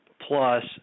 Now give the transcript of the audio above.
plus